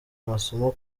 amasomo